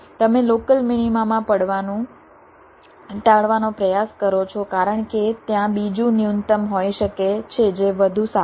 તમે લોકલ મિનિમામાં પડવાનું ટાળવાનો પ્રયાસ કરો છો કારણ કે ત્યાં બીજું ન્યૂનતમ હોઈ શકે છે જે વધુ સારું છે